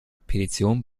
petition